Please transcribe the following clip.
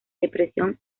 depresión